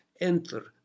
enter